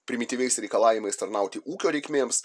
primityviais reikalavimais tarnauti ūkio reikmėms